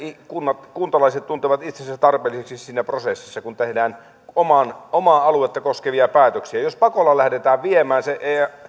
kuntalaiset tuntevat itsensä tarpeellisiksi siinä prosessissa kun tehdään omaa aluetta koskevia päätöksiä jos pakolla lähdetään viemään